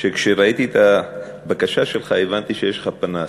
שכשראיתי את הבקשה שלך הבנתי שיש לך פנס